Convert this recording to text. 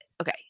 okay